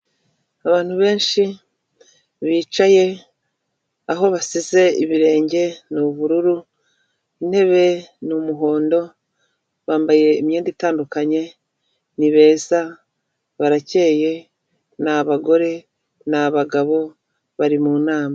Abantu benshi bicaye aho bashyize ibirenge n'ubururu, intebe ni umuhondo, bambaye imyenda itandukanye ni beza, barakeye ni abagore ni abagabo bari mu nama.